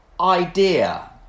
idea